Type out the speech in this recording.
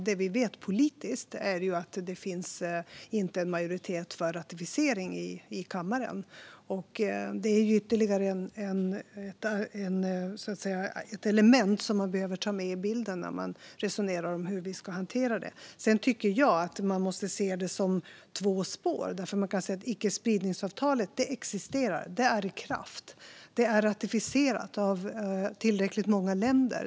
Det vi vet politiskt är att det inte finns majoritet i kammaren för ratificering. Det är ytterligare ett element som man behöver ta med i bilden när man resonerar om hur vi ska hantera det. Jag tycker att man måste se det som två spår. Man kan säga att icke-spridningsavtalet existerar. Det är i kraft. Det är ratificerat av tillräckligt många länder.